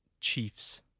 Chiefs